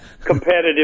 competitive